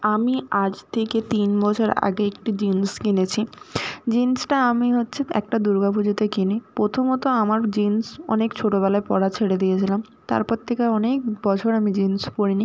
আমি আজ থেকে তিন বছর আগে একটি জিন্স কিনেছি জিন্সটা আমি হচ্ছে একটা দুর্গা পুজোতে কিনি প্রথমত আমার জিন্স অনেক ছোটোবেলায় পরা ছেড়ে দিয়েছিলাম তারপর থেকে আর অনেক বছর আমি জিন্স পরি নি